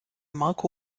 marco